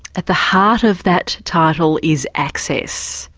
at the heart of that title is access.